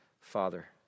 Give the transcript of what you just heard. Father